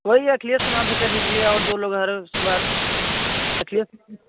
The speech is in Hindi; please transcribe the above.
वही है अखिलेश के नाम से कर दीजिए और दो लोग और उसके बाद अखिलेश